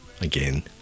again